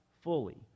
fully